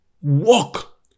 walk